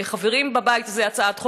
לחברים בבית הזה יש הצעת חוק,